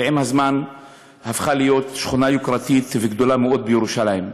ועם הזמן היא הפכה להיות שכונה יוקרתית וגדולה מאוד בירושלים.